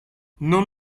non